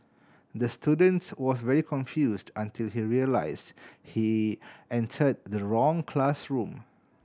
the students was very confused until he realised he entered the wrong classroom